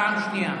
פעם שנייה.